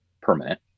permanent